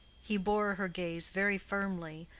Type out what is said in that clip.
he bore her gaze very firmly,